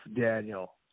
Daniel